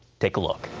take a look.